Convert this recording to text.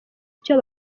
icyo